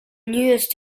newest